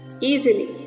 easily